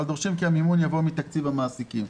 אבל דורשים שהמימון יבוא מתקציב המעסיקים.